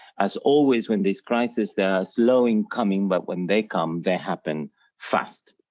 as always when there's crisis there are slow in coming but when they come they happen fast.